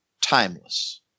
timeless